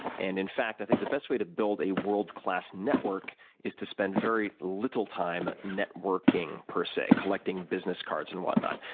and in fact, i think the best way to build a world-class network is to spend very little time networking, per se, collecting business cards and whatnot.